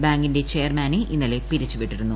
ബാങ്കിന്റെ ചെയർമാനെ ഇന്നലെ പിരിച്ചു വിട്ടിരുന്നു